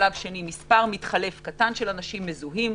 שלב שני מספר מתחלף קטן של אנשים מזוהים.